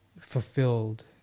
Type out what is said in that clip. fulfilled